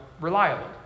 reliable